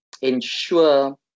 ensure